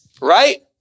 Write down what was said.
Right